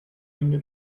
üna